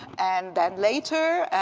and then later,